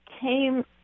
came